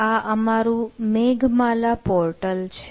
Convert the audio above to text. આ અમારું મેઘમાલા પોર્ટલ છે